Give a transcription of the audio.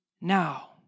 now